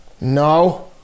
No